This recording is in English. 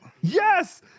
Yes